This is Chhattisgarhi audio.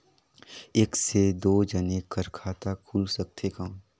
एक से दो जने कर खाता खुल सकथे कौन?